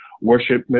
worship